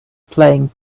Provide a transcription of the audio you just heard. playing